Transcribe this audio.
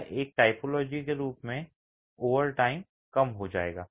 यह एक टाइपोलॉजी के रूप में है कि ओवरटाइम कम हो जाएगा